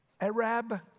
Arab